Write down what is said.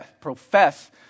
profess